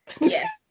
Yes